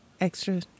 extra